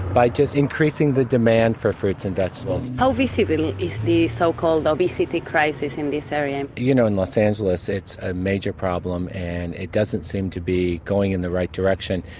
by just increasing the demand for fruits and vegetables. how visible is the so-called obesity crisis in this area? you know in los angeles it's a major problem and it doesn't seem to be going in the right direction.